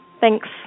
Thanks